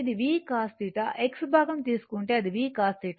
x భాగం తీసుకుంటే అది v cos θ